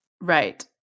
Right